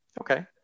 Okay